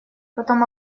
потом